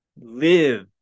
live